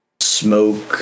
smoke